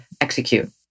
execute